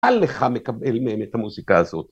אל לך מקבל מהם את המוזיקה הזאת.